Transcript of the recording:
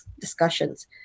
discussions